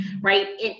right